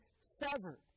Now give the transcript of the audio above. severed